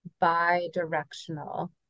bi-directional